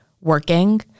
working